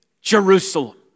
Jerusalem